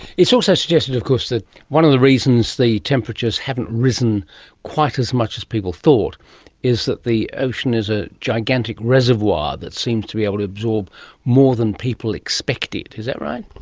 it's also suggested of course that one of the reasons the temperatures haven't risen quite as much as people thought is that the ocean is a gigantic reservoir that seems to be able to absorb more than people expected. is that right?